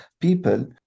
people